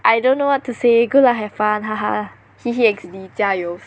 I don't know what to say good luck have fun X D 加油